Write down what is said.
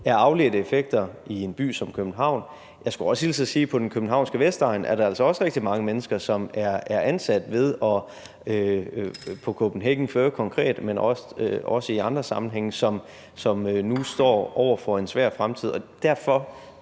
er afledte effekter i en by som København, men, skulle jeg hilse og sige, også på den københavnske vestegn, hvor der altså også er rigtig mange mennesker, som enten er ansat på Kopenhagen Fur konkret, men også i andre sammenhænge, og som nu står over for en svær fremtid. Derfor